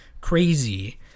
crazy